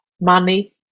money